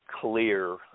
clear